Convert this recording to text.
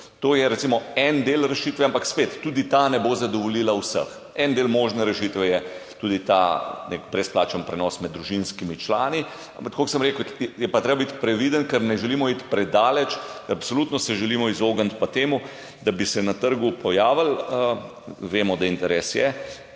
To je recimo en del rešitve, ampak spet tudi ta ne bo zadovoljila vseh. En del možne rešitve je tudi nek brezplačen prenos med družinskimi člani. Ampak, tako kot sem rekel, je pa treba biti previden, ker ne želimo iti predaleč. Absolutno se želimo izogniti temu, da bi se na trgu pojavilo, vemo, da interes je,